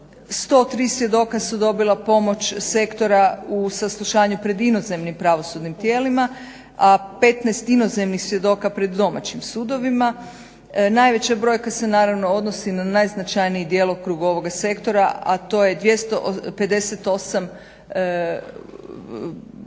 103 svjedoka su dobila pomoć sektora u saslušanju pred inozemnim pravosudnim tijelima, a 15 inozemnih svjedoka pred domaćim sudovima. Najveća brojka se naravno odnosi na najznačajniji djelokrug ovoga sektora, a to je 258